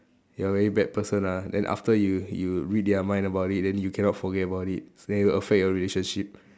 you are a very bad person ah then after you you read their mind about it then you cannot forget about it then it'll affect your relationship